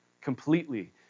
completely